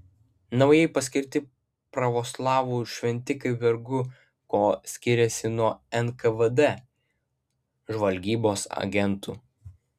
naujai paskirti pravoslavų šventikai vargu kuo skiriasi nuo nkvd žvalgybos agentų